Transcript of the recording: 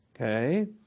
Okay